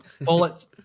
Bullet